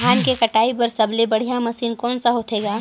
धान के कटाई बर सबले बढ़िया मशीन कोन सा होथे ग?